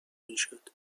میشد